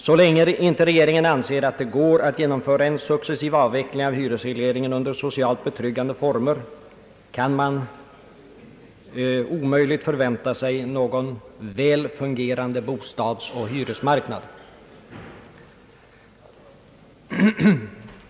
Så länge regeringen inte anser att det går att genomföra en successiv avveckling av hyresregleringen under socialt betryggande former kan man omöjligt förvänta sig någon väl fungerande bostadsoch hyresmarknad.